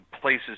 places